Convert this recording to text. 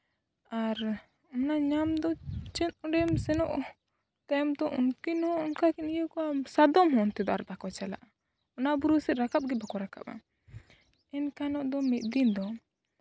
ᱟᱨ ᱚᱱᱟ ᱧᱟᱢ ᱫᱚ ᱪᱮᱫ ᱚᱸᱰᱮᱢ ᱥᱮᱱᱚᱜ ᱛᱟᱭᱚᱢ ᱛᱮ ᱩᱱᱠᱤᱱ ᱦᱚᱸ ᱚᱱᱠᱟ ᱠᱤᱱ ᱤᱭᱟᱹ ᱠᱚᱜᱼᱟ ᱥᱟᱫᱚᱢ ᱦᱚᱸ ᱚᱱᱛᱮ ᱫᱚ ᱵᱟᱝ ᱠᱚ ᱪᱟᱞᱟᱜᱼᱟ ᱚᱱᱟ ᱵᱩᱨᱩ ᱥᱮᱫ ᱨᱟᱠᱟᱵ ᱦᱚᱸ ᱵᱟᱝ ᱠᱚ ᱨᱟᱠᱟᱵᱟ ᱤᱱᱠᱷᱟᱱ ᱫᱚ ᱢᱤᱫ ᱫᱤᱱ ᱫᱚ